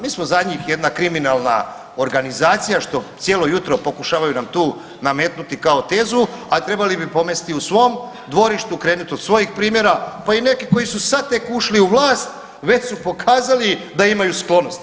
Mi smo za njih jedna kriminalna organizacija što cijelo jutro pokušavaju nam tu nametnuti kao tezu, a trebali bi pomesti u svom dvorištu, krenuti od svojih primjera, pa i neki koji su sad tek ušli u vlast već su pokazali da imaju sklonosti.